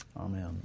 amen